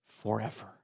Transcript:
forever